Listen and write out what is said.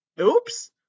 Oops